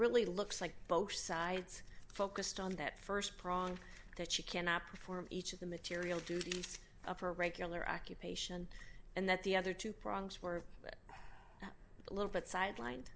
really looks like both sides focused on that st prong that she cannot perform each of the material duties of her regular occupation and that the other two prongs were a little bit sideline